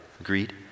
agreed